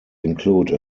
include